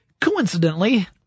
Coincidentally